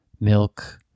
milk